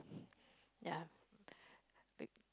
ya